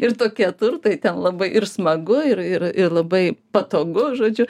ir tokie turtai ten labai ir smagu ir ir ir labai patogu žodžiu